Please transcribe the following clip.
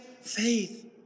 faith